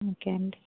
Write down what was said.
okay అండి